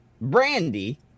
Brandy